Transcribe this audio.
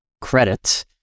credit